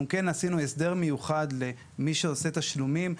אנחנו כן עשינו הסדר מיוחד למי שעושה תשלומים.